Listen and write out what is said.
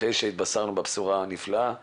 אחרי שהתבשרנו בבשורה הנפלאה והטובה,